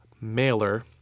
mailer